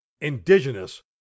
indigenous